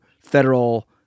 federal